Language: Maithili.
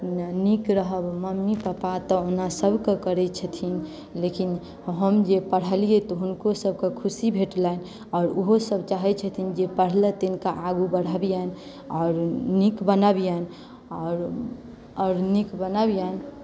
नीक रहब मम्मी पापा तऽ ओना सभकेँ करैत छथिन लेकिन हम जे पढ़लियै तऽ हुनको सभके खुशी भेटलनि आओर उहो सभ चाहैत छथिन जे पढ़लथि तिनका आगू बढ़बियनि आओर नीक बनबियनि आओर आओर नीक बनबियनि